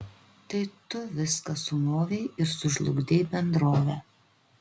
tai tu viską sumovei ir sužlugdei bendrovę